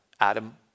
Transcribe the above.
Adam